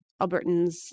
Albertans